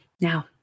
Now